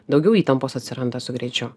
daugiau įtampos atsiranda su greičiu